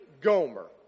Gomer